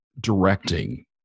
directing